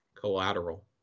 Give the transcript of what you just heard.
Collateral